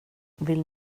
vill